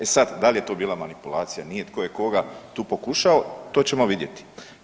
E sad, da li je to bila manipulacija, nije, tko je koga tu pokušao, to ćemo vidjeti.